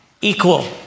equal